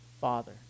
Father